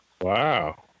Wow